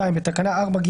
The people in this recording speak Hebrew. תיקון תקנה 4ג